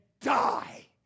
die